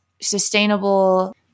sustainable